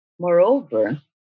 Moreover